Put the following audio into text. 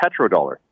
petrodollar